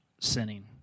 sinning